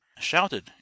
Shouted